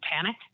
panic